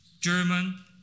German